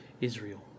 Israel